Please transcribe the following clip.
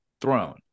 throne